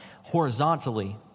Horizontally